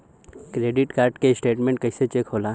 Credit card के statement कइसे check होला?